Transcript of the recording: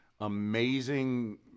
amazing